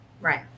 Right